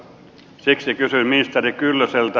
siksi kysyn ministeri kyllöseltä